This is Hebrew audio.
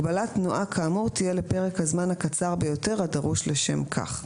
הגבלת תנועה כאמור תהיה לפרק הזמן הקצר ביותר הדרוש לשם כך.